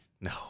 No